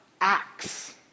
acts